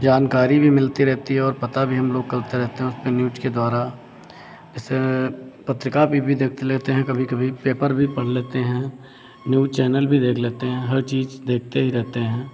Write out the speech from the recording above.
जानकारी भी मिलती रहती है और पता भी हम लोग करते रहते हैं उसपे न्यूज़ के द्वारा जैसे पत्रिका पे भी देख लेते हैं कभी कभी पेपर भी पढ़ लेते हैं न्यूज़ चैनल भी देख लेते हैं हर चीज़ देखते ही रहते हैं